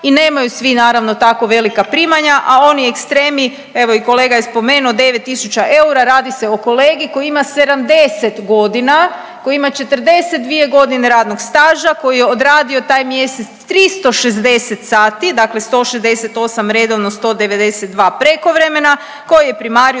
i nemaju svi naravno tako velika primanja, a oni ekstremi evo i kolega je spomenuo 9000 eura. Radi se o kolegi koji ima 70 godina, koji ima 42 godine radnog staža, koji je odradio taj mjesec 360 sati. Dakle, 168 redovno, 192 prekovremena, koji je primarius